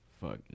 fuck